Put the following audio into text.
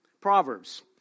Proverbs